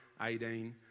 18